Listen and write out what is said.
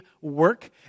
work